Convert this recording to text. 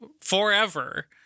forever